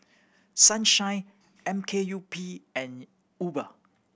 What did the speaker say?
Sunshine M K U P and Uber